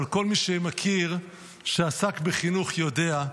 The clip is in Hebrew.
אבל כל מי שמכיר ושעסק בחינוך יודע,